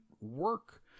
work